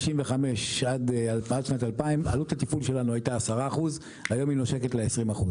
95' עד שנת 2000 עלות התפעול שלנו הייתה 10% היום היא נושקת ל-20%.